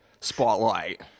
spotlight